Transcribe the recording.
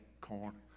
corn